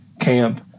camp